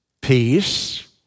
peace